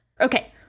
okay